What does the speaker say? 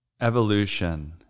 Evolution